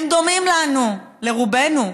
הם דומים לנו, לרובנו,